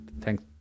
thanks